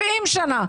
70 שנה,